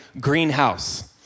greenhouse